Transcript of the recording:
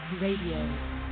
Radio